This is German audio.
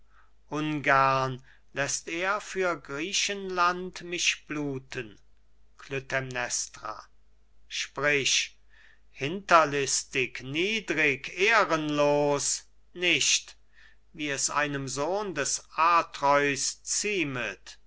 ungern läßt er für griechenland mich bluten klytämnestra sprich hinterlistig niedrig ehrenlos nicht wie es einem sohn des atreus ziemet